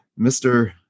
Mr